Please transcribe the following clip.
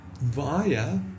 via